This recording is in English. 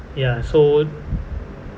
ya so